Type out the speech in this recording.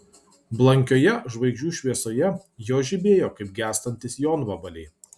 blankioje žvaigždžių šviesoje jos žibėjo kaip gęstantys jonvabaliai